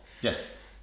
Yes